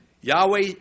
Yahweh